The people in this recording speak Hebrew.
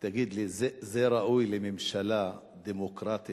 תגיד לי, זה ראוי לממשלה דמוקרטית